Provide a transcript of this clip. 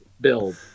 build